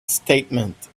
statement